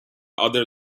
other